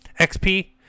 XP